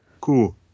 Cool